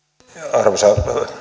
arvoisa